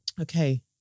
Okay